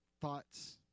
thoughts